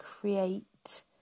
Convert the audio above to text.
create